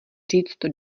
říct